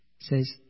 says